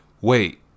wait